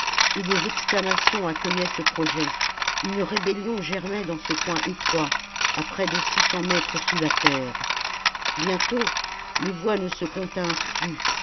et des exclamations accueillaient ce projet une rébellion germait dans ce coin étroit à près de six cents mètres sous la terre bientôt les voix ne se continrent plus